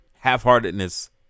half-heartedness